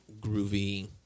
groovy